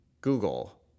Google